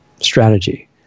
strategy